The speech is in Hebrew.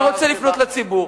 אני רוצה לפנות לציבור,